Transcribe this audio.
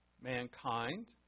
mankind